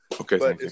okay